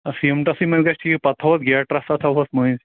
اَتھ سیٖمنٛٹس منٛزٕے گژھِ ٹھیٖک پَتہٕ تھاہوس گیٚٹہٕ رَژھا تھاہوس مٔنٛزۍ